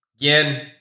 Again